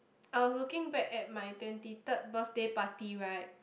I was looking back at my twenty third birthday party right